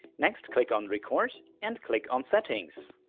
next click on record and click on settings.